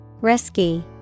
Risky